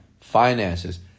finances